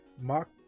Mark